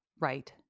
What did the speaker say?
right